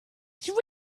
three